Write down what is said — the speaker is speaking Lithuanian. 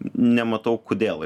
nematau kodėl